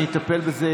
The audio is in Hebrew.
אני אטפל בזה.